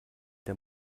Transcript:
der